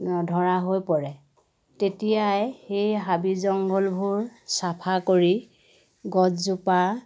নধৰা হৈ পৰে তেতিয়াই সেই হাবি জংঘলবোৰ চাফা কৰি গছজোপা